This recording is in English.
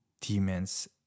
demons